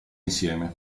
insieme